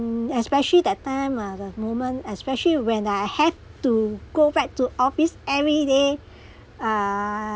mm especially that time uh the moment especially when I have to go back to office every day ah